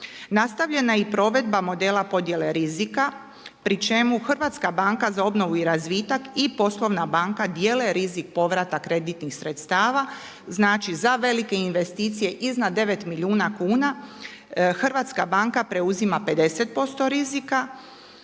Nastavljena je i provedba modela podjele rizika pri čemu HBOR i poslovna banka dijele rizik povrata kreditnih sredstava. Znači za velike investicije iznad 9 milijuna kuna hrvatska banka preuzima 50% rizika,